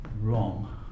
wrong